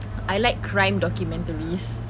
I like crime documentaries